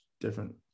different